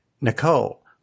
Nicole